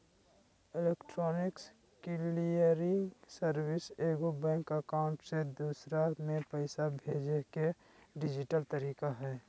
electronic clearing service एगो bank account से दूसर में पैसा भेजय के डिजिटल तरीका हइ